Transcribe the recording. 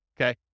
okay